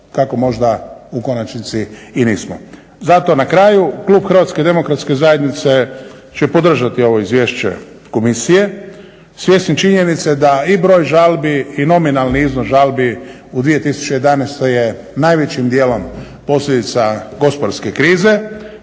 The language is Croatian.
kako možda u konačnici i nismo. Zato na kraju klub HDZ-a će podržati ovo izvješće komisije svjesni činjenice da i broj žalbi i nominalni iznos žalbi u 2011. je najvećim dijelom posljedica gospodarske krize,